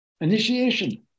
initiation